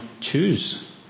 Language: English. choose